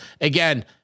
again